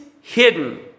hidden